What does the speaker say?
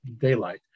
daylight